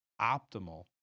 optimal